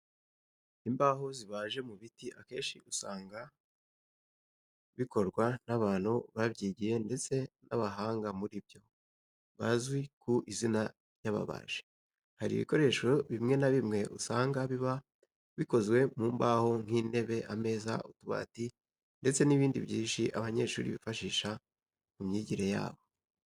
Imbaho zibaje mu biti akenshi usanga bikorwa n'abantu babyigiye ndetse b'abahanga muri byo bazwi ku izina ry'ababaji. Hari ibikoresho bimwe na bimwe usanga biba bikozwe mu mbaho nk'intebe, ameza, utubati ndetse n'ibindi byinshi abanyeshuri bifashisha mu myigire yabo.